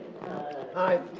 Hi